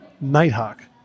Nighthawk